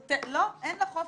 לא, אין לה חופש.